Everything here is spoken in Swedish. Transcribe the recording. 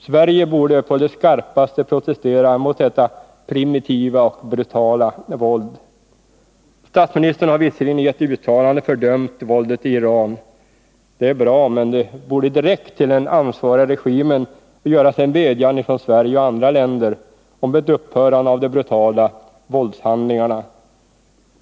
Sverige borde på det skarpaste protestera mot detta primitiva och brutala våld. Statsministern har visserligen i ett uttalande fördömt våldet i Iran. Det är bra men det borde direkt till den ansvariga regimen göras en vädjan från Sverige och andra länder om ett upphörande av de brutala våldshandlingarna.